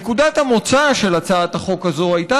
נקודת המוצא של הצעת החוק הזאת הייתה